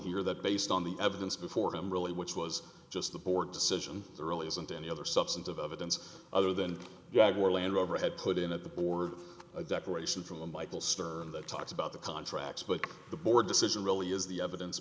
here that based on the evidence before him really which was just the board decision there really isn't any other substantive evidence other than jaguar land rover had put in at the board a decoration from a michael stern that talks about the contract but the board decision really is the evidence